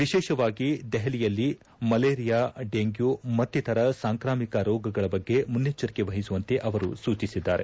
ವಿಶೇಷವಾಗಿ ದೆಹಲಿಯಲ್ಲಿ malaria dengue ಮತ್ತಿತರ ಸಾಂಕ್ರಾಮಿಕ ರೋಗಗಳ ಬಗ್ಗೆ ಮುನ್ನೆಚ್ಚರಿಕೆ ವಹಿಸುವಂತೆ ಅವರು ಸೂಚಿಸಿದ್ದಾರೆ